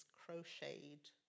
crocheted